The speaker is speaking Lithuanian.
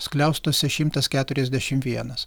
skliaustuose šimtas keturiasdešimt vienas